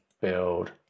build